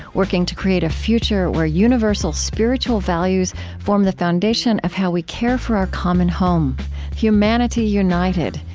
working to create a future where universal spiritual values form the foundation of how we care for our common home humanity united,